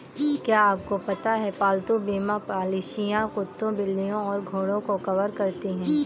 क्या आपको पता है पालतू बीमा पॉलिसियां कुत्तों, बिल्लियों और घोड़ों को कवर करती हैं?